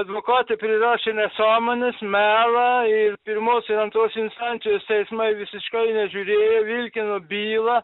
advokatė prirašė nesąmones melą į pirmos ir antros instancijos teismai visiškai nežiūrėjo vilkino bylą